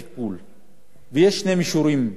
מישור אחד הוא המישור המשפטי והחקיקה.